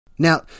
Now